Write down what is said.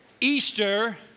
Easter